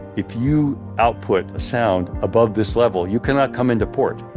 if you output sound above this level, you cannot come into port,